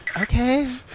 Okay